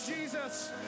Jesus